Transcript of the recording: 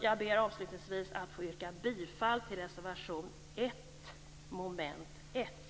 Jag ber att få yrka bifall till reservation 1 under mom. 1.